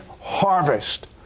harvest